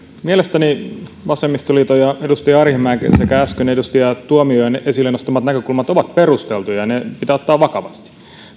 mielestäni vasemmistoliiton ja edustaja arhinmäen sekä äsken edustaja tuomiojan esille nostamat näkökulmat ovat perusteltuja ja ne pitää ottaa vakavasti